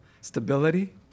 stability